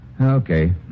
Okay